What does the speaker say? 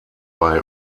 bei